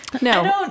No